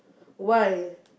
why